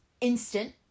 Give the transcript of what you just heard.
instant